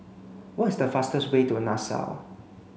what is the fastest way to Nassau